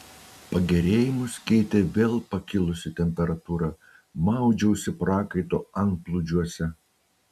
pagerėjimus keitė vėl pakilusi temperatūra maudžiausi prakaito antplūdžiuose